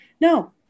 no